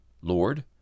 Lord